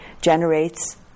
generates